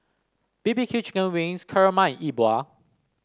B B Q Chicken Wings kurma and Yi Bua